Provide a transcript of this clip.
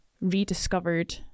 rediscovered